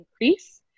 increase